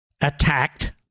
attacked